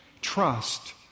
Trust